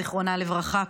זיכרונה לברכה,